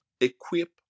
equip